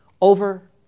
over